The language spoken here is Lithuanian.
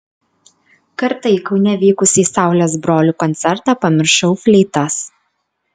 kartą į kaune vykusį saulės brolių koncertą pamiršau fleitas